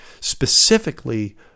specifically